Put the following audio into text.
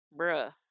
bruh